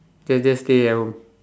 just just stay at home